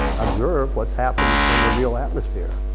observe what's happened in the real atmosphere.